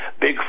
big